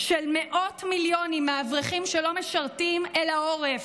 של מאות מיליונים מהאברכים שלא משרתים אל העורף,